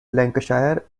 lancashire